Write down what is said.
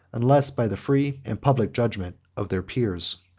unless by the free and public judgment of their peers.